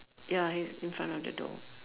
ya he's in front of the door